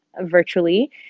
virtually